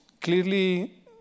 Clearly